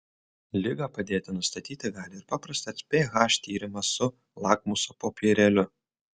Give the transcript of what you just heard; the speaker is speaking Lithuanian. ligą padėti nustatyti gali ir paprastas ph tyrimas su lakmuso popierėliu